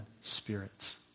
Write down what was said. spirits